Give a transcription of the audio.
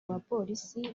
bapolisi